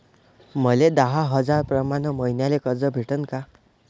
मले दहा हजार प्रमाण मईन्याले कर्ज भेटन का?